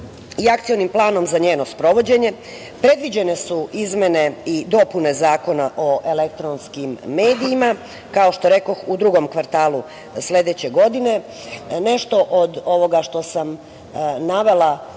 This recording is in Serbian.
i akcionim planom za njeno sprovođenje su predviđene izmene i dopune Zakona o elektronskim medijima, kao što rekoh u drugom kvartalu sledeće godine. Nešto od ovoga što sam navela